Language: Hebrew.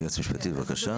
היועצת המשפטית, בבקשה.